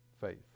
faith